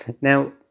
Now